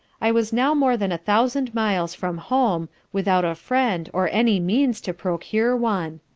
i was now more than a thousand miles from home, without a friend or any means to procure one.